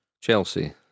Chelsea